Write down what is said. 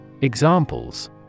Examples